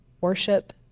worship